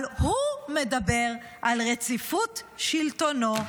אבל הוא מדבר על רציפות שלטונו.